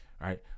right